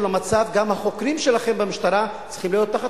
החוקרים שלכם במשטרה צריכים להיות תחת